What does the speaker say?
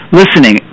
listening